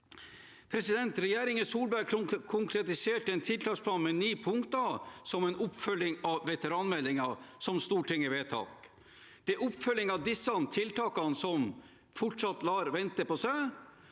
skjer? Regjeringen Solberg konkretiserte en tiltaksplan med ni punkter som en oppfølging av veteranmeldingen Stortinget har vedtatt. Det er oppfølging av disse tiltakene som fortsatt lar vente på seg.